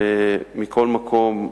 מכל מקום,